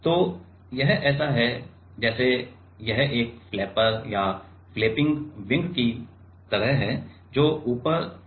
तो यह ऐसा है जैसे यह एक फ्लैपर या फ़्लैपिंग विंग की तरह है जो ऊपर और नीचे जा सकता है